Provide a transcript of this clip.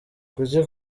kuki